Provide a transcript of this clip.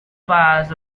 bars